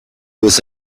was